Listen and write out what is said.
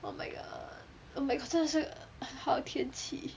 oh my god oh my god 真的是好天气